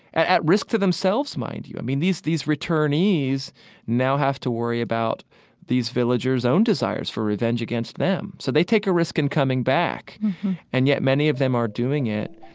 at at risk to themselves, mind you. i mean, these these returnees now have to worry about these villagers' own desires for revenge against them. so they take a risk in coming back and yet many of them are doing it,